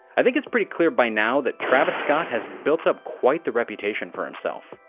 i think it's pretty clear by now that travis scott has built up quite the reputation for himself.